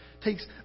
takes